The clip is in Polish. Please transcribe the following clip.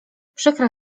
przykra